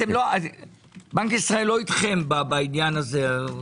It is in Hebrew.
בנק ישראל לא אתכם בעניין הזה.